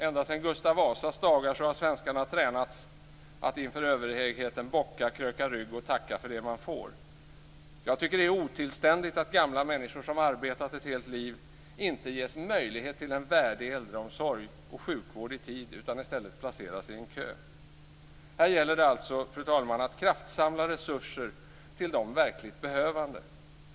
Ända sedan Gustav Vasas dagar har svenskarna tränats i att inför överheten bocka och kröka rygg och tacka för det man får. Det är otillständigt att gamla människor som arbetat ett helt liv inte ges möjlighet till en värdig äldreomsorg och sjukvård i tid utan i stället placeras i en kö. Här gäller det att kraftsamla resurser till de verkligt behövande.